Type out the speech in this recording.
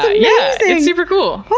yeah, it's super cool.